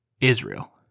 Israel